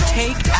take